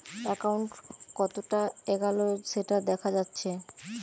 account কতোটা এগাল সেটা দেখা যাচ্ছে